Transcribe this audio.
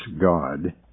God